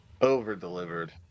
over-delivered